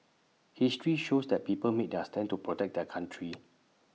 history shows that people made their stand to protect their country